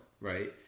right